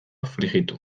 frijitu